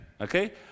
Okay